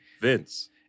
Vince